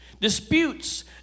disputes